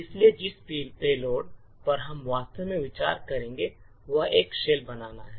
इसलिए जिस पेलोड पर हम वास्तव में विचार करेंगे वह एक शेल बनाना है